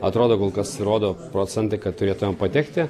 atrodo kol kas rodo procentai kad turėtumėm patekti